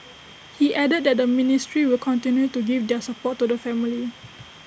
he added that the ministry will continue to give their support to the family